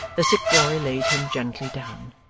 the sick boy laid him gently down.